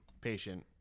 patient